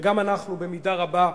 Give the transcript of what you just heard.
וגם אנחנו במידה רבה,